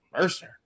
Mercer